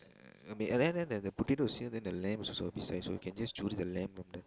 uh and then there's the potato is here then the lamb is also beside so we can just choose the lamb from there